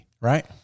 Right